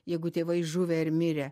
jeigu tėvai žuvę ar mirę